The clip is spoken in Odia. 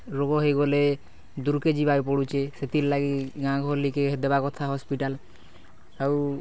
ରୁଗ ହେଇଗଲେ ଦୂର୍କେ ଯିବାର୍କେ ପଡ଼ୁଛେ ସେଥିର୍ଲାଗି ଗାଁ'ଗହଲିକେ ଦେବାର୍ କଥା ହସ୍ପିଟାଲ୍ ଆଉ